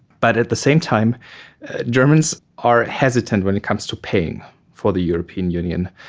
but at the same time germans are hesitant when it comes to paying for the european union,